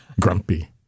grumpy